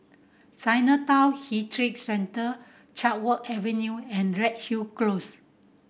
Chinatown Heritage Centre Chatsworth Avenue and Redhill Close